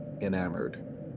enamored